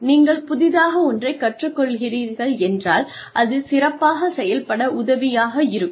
நீங்கள் புதிதாக ஒன்றைக் கற்றுக்கொள்கிறீர்கள் என்றால் அது சிறப்பாகச் செயல்பட உதவியாக இருக்கும்